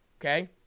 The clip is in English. okay